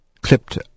clipped